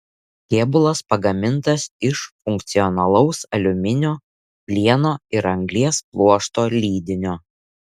kėbulas pagamintas iš funkcionalaus aliuminio plieno ir anglies pluošto lydinio